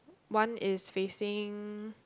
one is facing